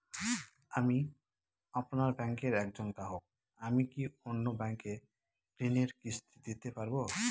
আমি আপনার ব্যাঙ্কের একজন গ্রাহক আমি কি অন্য ব্যাঙ্কে ঋণের কিস্তি দিতে পারবো?